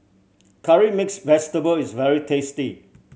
Curry Mixed Vegetable is very tasty